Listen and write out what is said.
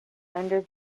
under